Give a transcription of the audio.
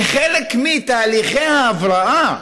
כחלק מתהליכי ההבראה,